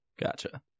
Gotcha